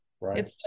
Right